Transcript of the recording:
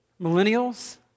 Millennials